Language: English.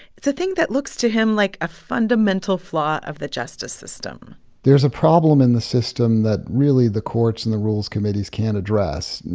it's a thing that looks to him like a fundamental flaw of the justice system there's a problem in the system that, really, the courts and the rules committees can't address,